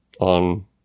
on